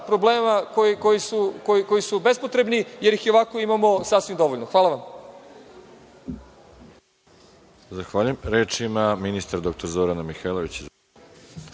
problema koji su bespotrebni, jer ih i ovako imamo sasvim dovoljno. Hvala.